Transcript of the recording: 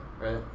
right